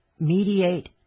Mediate